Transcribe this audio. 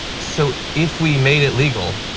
so if we made it legal,